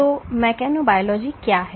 तो मेकेनोबायोलॉजी क्या है